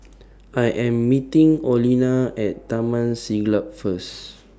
I Am meeting Olena At Taman Siglap First